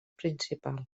principal